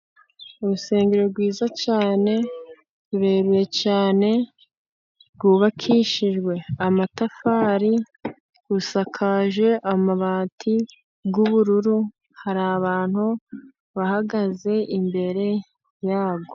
Urusengero rwiza cyane, ni rurerure cyane, rwubakishijwe amatafari, rusakaje amabati y'ubururu, hari abantu bahagaze imbere yarwo.